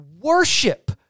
worship